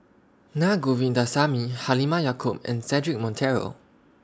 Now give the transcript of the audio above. Na Govindasamy Halimah Yacob and Cedric Monteiro